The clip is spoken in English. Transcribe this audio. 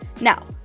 Now